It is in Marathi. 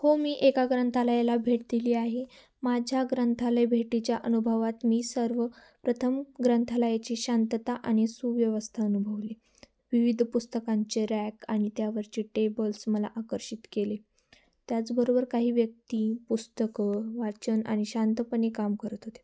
हो मी एका ग्रंथालयाला भेट दिली आहे माझ्या ग्रंथालय भेटीच्या अनुभवात मी सर्व प्रथम ग्रंथालयाची शांतता आणि सुव्यवस्था अनुभवली विविध पुस्तकांचे रॅक आणि त्यावरचे टेबल्स मला आकर्षित केले त्याचबरोबर काही व्यक्ती पुस्तकं वाचन आणि शांतपणे काम करत होते